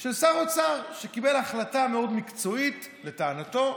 של שר האוצר, שקיבל החלטה מאוד מקצועית, לטענתו,